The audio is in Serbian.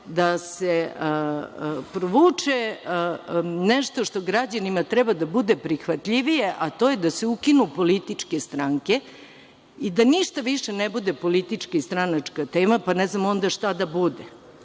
da se provuče nešto što građanima treba da bude prihvatljivije, a to je da se ukinu političke stranke i da ništa više ne bude politička i stranačka tema. Ne znam onda šta da bude?